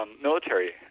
military